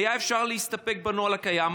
והיה אפשר להסתפק בנוהל הקיים,